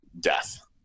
death